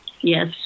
Yes